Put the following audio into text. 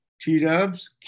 T-dubs